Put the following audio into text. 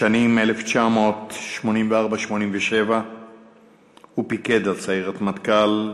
בשנים 1984 1987 הוא פיקד על סיירת מטכ"ל.